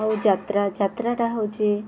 ଆଉ ଯାତ୍ରା ଯାତ୍ରାଟା ହଉଛି